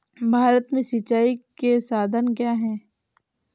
भारत में सिंचाई के साधन क्या है?